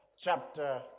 chapter